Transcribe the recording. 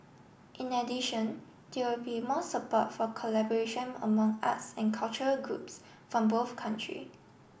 in addition there will be more support for collaboration among us and culture groups from both country